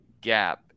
gap